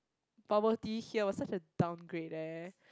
bubble tea here was such a downgrade eh